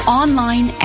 online